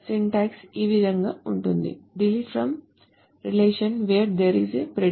syntax ఈ విధం గా ఉంటుంది delete from relation where there is a predicate